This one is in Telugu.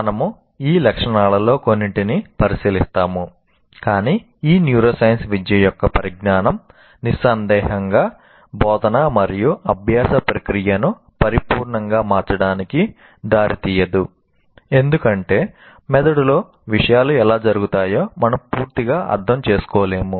మనము ఈ లక్షణాలలో కొన్నింటిని పరిశీలిస్తాము కాని ఈ న్యూరోసైన్స్ విద్య యొక్క పరిజ్ఞానం నిస్సందేహంగా బోధన మరియు అభ్యాస ప్రక్రియను పరిపూర్ణంగా మార్చడానికి దారితీయదు ఎందుకంటే మెదడులో విషయాలు ఎలా జరుగుతాయో మనం పూర్తిగా అర్థం చేసుకోలేము